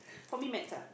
for me maths ah